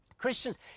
Christians